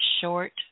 short